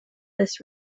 this